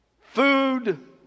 food